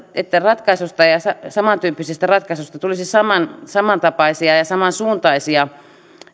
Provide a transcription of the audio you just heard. että samantyyppisistä tapauksista tulisi samantapaisia ja samansuuntaisia